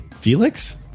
Felix